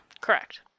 Correct